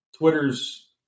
Twitter's